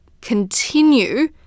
continue